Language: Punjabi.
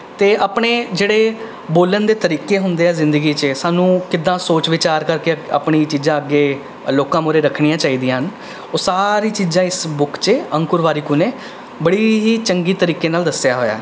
ਅਤੇ ਆਪਣੇ ਜਿਹੜੇ ਬੋਲਣ ਦੇ ਤਰੀਕੇ ਹੁੰਦੇ ਹੈ ਜ਼ਿੰਦਗੀ 'ਚ ਸਾਨੂੰ ਕਿੱਦਾਂ ਸੋਚ ਵਿਚਾਰ ਕਰਕੇ ਆਪਣੀ ਚੀਜ਼ਾਂ ਅੱਗੇ ਲੋਕਾਂ ਮੂਹਰੇ ਰੱਖਣੀਆਂ ਚਾਹੀਦੀਆਂ ਹਨ ਉਹ ਸਾਰੀ ਚੀਜ਼ਾਂ ਇਸ ਬੁੱਕ 'ਚ ਅੰਕੁਰ ਵਾਰਿਕੂ ਨੇ ਬੜੇ ਹੀ ਚੰਗੇ ਤਰੀਕੇ ਨਾਲ਼ ਦੱਸਿਆ ਹੋਇਆ ਹੈ